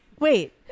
Wait